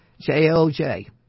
J-O-J